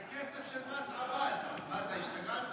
זה כסף של מס עבאס, מה, אתה השתגעת?